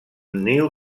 niu